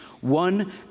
One